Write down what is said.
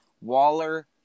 Waller